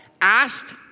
asked